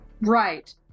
Right